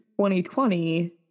2020